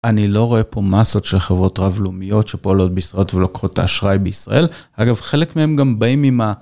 אני לא רואה פה מסות של חברות רב-לאומיות שפועלות בישראל ולוקחות את האשראי בישראל. אגב, חלק מהם גם באים עם ה...